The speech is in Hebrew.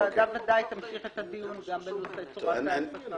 הוועדה ודאי תמשיך את הדיון גם בנושא צורת ההעסקה.